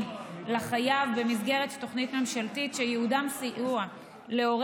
לחייב במסגרת תוכנית ממשלתית שייעודם סיוע להורה